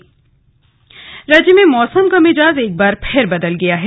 slug मौसम राज्य में मौसम का मिजाज एक बार फिर बदल गया है